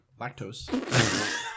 lactose